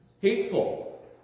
Hateful